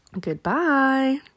Goodbye